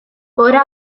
ora